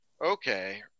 okay